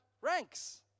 ranks